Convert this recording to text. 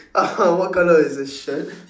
what colour is his shirt